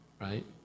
right